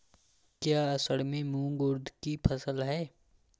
क्या असड़ में मूंग उर्द कि फसल है?